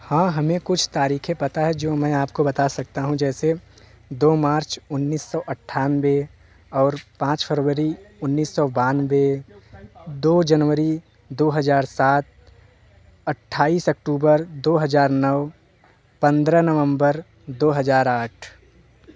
हाँ हमें कुछ तारीख़ें पता हैं जो मैं आपको बता सकता हूँ जैसे दो मार्च उन्नीस सौ अट्ठानवे और पाँच फरवरी उन्नीस सौ बानवे दो जनवरी दो हज़ार सात अट्ठाईस अक्टूबर दो हज़ार नौ पंद्रह नवम्बर दो हज़ार आठ